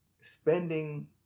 spending